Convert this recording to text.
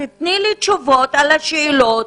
תני לי תשובות על השאלות,